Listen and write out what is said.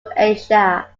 asia